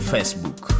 Facebook